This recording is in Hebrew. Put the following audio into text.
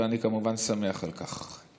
ואני כמובן שמח על כך.